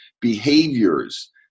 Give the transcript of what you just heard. behaviors